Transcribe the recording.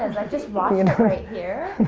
is. i just watched him right here.